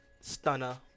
Stunner